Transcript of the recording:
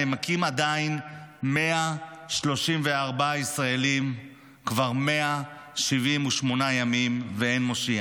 נמקים עדיין 134 ישראלים כבר 178 ימים ואין מושיע,